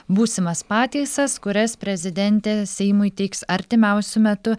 būsimas pateisas kurias prezidentė seimui teiks artimiausiu metu